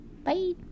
Bye